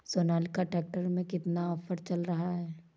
Sonalika tractor में कितना offer चल रहा है?